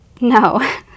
No